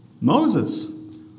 Moses